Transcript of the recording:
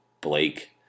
Blake